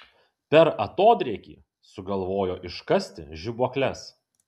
per atodrėkį sugalvojo iškasti žibuokles